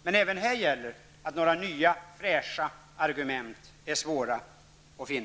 Men också i fråga om Martin Olssons inlägg är det svårt att finna några nya, fräscha argument.